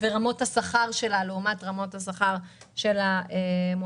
ורמות השכר שלה לעומת רמות השכר של המועסקים,